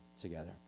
together